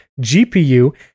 gpu